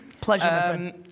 Pleasure